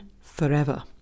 forever